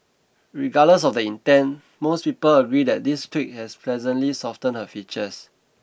regardless of the intent most people agree that this tweak has pleasantly softened her features